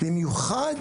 במיוחד